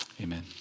Amen